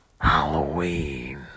Halloween